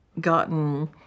gotten